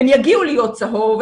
הם יגיעו להיות צהוב,